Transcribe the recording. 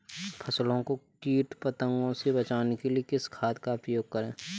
फसलों को कीट पतंगों से बचाने के लिए किस खाद का प्रयोग करें?